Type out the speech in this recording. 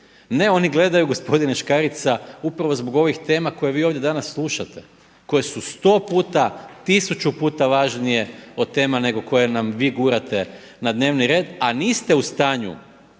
Ne, oni gledaju gospodine Škarica upravo zbog ovih tema koje vi danas ovdje slušate, koje su sto puta, tisuću puta važnije od tema nego koje nam vi gurate na dnevni red, a niste u stanju